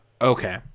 okay